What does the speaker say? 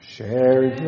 Share